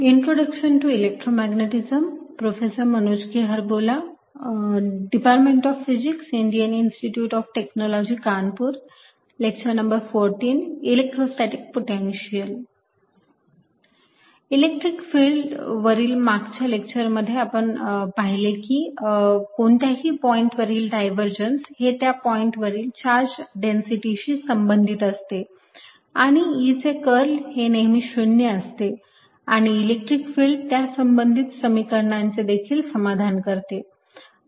electrostatic potential electric field वरील मागच्या लेक्चरमध्ये आपण पाहिले की कोणत्याही पॉईंट वरील डायव्हरजन्स हे त्या पॉईंट वरील चार्ज डेन्सिटीशी संबंधित असते आणि E चे कर्ल ही नेहमी 0 असते आणि इलेक्ट्रिक फिल्ड त्या संबंधित समीकरणांचे देखील समाधान करते